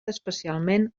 especialment